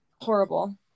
Horrible